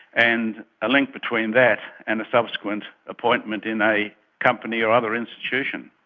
and a link between that and a subsequent appointment in a company or other institution.